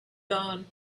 gone